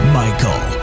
michael